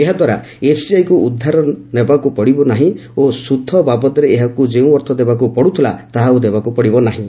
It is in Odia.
ଏହାଦ୍ୱାରା ଏଫ୍ସିଆଇକୁ ଉଦ୍ଧାର ନେବାକୁ ପଡ଼ିବ ନାହିଁ ଓ ସୁଧ ବାବଦରେ ଏହାକୁ ଯେଉଁ ଅର୍ଥ ଦେବାକୁ ପଡ଼ୁଥିଲା ତାହା ଆଉ ଦେବାକୁ ପଡ଼ିବ ନାହିଁ